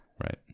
Right